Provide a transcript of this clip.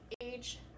age